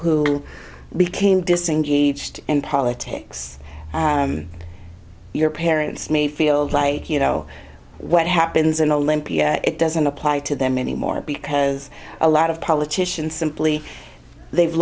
who became disengaged in politics your parents may feel like you know what happens in olympia it doesn't apply to them anymore because a lot of politicians simply they've